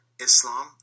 Islam